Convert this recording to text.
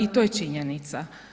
I to je činjenica.